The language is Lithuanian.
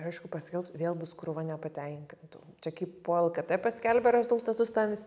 aišku paskelbs vėl bus krūva nepatenkintų čia kaip po lkt paskelbia rezultatus ten visi